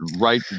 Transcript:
right